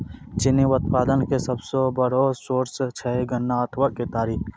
चीनी उत्पादन के सबसो बड़ो सोर्स छै गन्ना अथवा केतारी